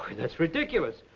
that's ridiculous.